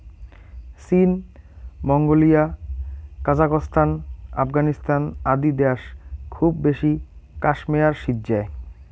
চীন, Mongolia, Kazakhstan, Afghanistan আদি দ্যাশ খুব বেশি ক্যাশমেয়ার সিজ্জায়